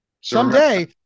Someday –